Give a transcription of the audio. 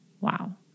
Wow